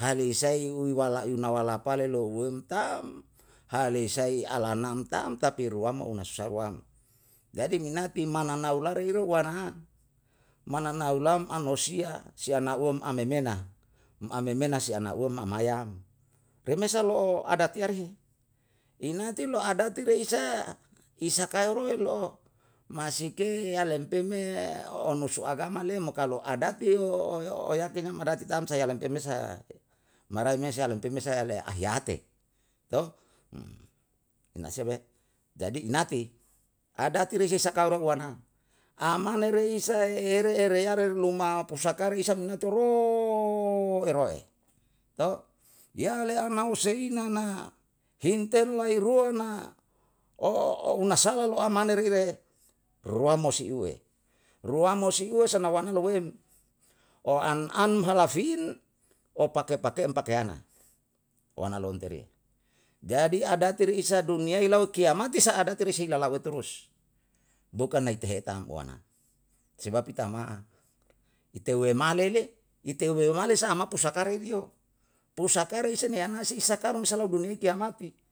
Hal isai uyuwala yualana pale leu uwem tau? Hale isai ala nam taam tapi ruam o na susa ruam, jadi minati mananu lari irou wana'a, mananu lam anosia siana'uwom amemena, um amemena sia nauwao mamayam. Remesa lo'o adatiaya rehe, inati lo adati re sae, isakae roe lo'o, masike yalempe me onusu agama le mo kalu adati yo oyati na marati tamsae yalempemesa marai me yalempemesa ale aheyate. ne sebe jadi inate, adati reisesaka orang wa na, amane rei isae ere ereyare luma pusakare isa mena toro eroe. yale ana'u seina na hintelu airua na una sala lo amane re ire, ruam mau si uwe. Ruam mau si uwe sanawana lowemo an an halafin, om pake pake pakeyana. jadi adate re isae duniyai lau kiamat isa adate sei i lalauwe turus. bukan nai tehe tampuana, sebab i tama'a, ite huwaemale le ite huwaemales sa ama pusakakare riyo, pusakare ise nie ana i sakarusla ke duniyai ye kiamat